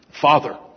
Father